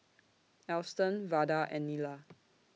Alston Vada and Nila